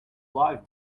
life